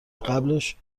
قبلش